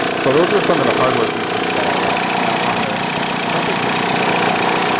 so those are some of the hardware features that i liked. now on their temperature control settings,